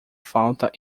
falta